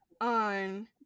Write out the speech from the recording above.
on